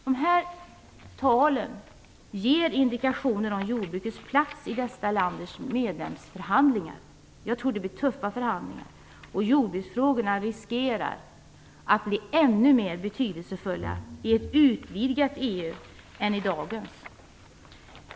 Dessa tal ger indikationer om jordbrukets plats i dessa länders medlemsförhandlingar. Jag tror att det blir tuffa förhandlingar. Jordbruksfrågorna riskerar att bli ännu mer betydelsefulla i ett utvidgat EU än i dagens.